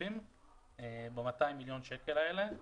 מתקצבים ב-200 מיליון שקלים אלה.